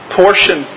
portion